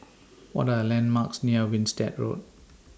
What Are The landmarks near Winstedt Road